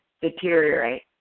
deteriorate